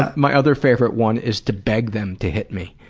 um my other favorite one is to beg them to hit me.